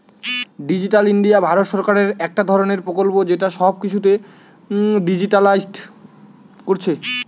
digital India Bharat সরকারের একটা ধরণের প্রকল্প যেটা সব কিছুকে ডিজিটালিসড কোরছে